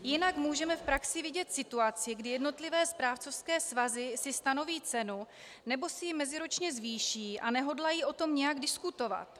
Jinak můžeme v praxi vidět situaci, kdy jednotlivé správcovské svazy si stanoví cenu nebo si ji meziročně zvýší a nehodlají o tom nijak diskutovat.